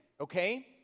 okay